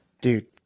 dude